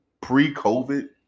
pre-COVID